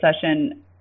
session